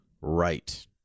Right